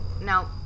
no